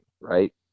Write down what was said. Right